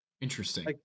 Interesting